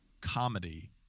comedy